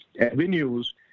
avenues